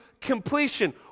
completion